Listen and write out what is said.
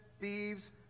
thieves